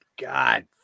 God